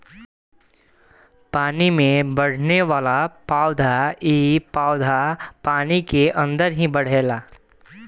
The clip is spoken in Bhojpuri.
पानी में बढ़ेवाला पौधा इ पौधा पानी के अंदर ही बढ़ेला